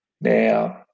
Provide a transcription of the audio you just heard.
now